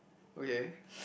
okay